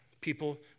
People